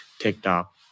TikTok